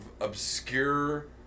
obscure